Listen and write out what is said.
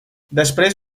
després